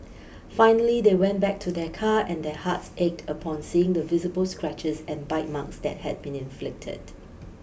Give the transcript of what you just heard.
finally they went back to their car and their hearts ached upon seeing the visible scratches and bite marks that had been inflicted